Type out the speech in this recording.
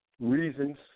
reasons